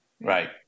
Right